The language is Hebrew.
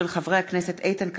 מאת חבר הכנסת אמנון